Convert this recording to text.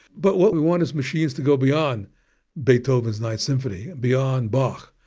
but what we want is machines to go beyond beethoven's ninth symphony, beyond bach,